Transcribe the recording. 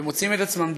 והם מוצאים את עצמם,